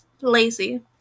Lazy